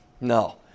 No